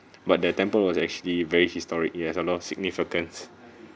but the temple was actually very historic it has a lot of significances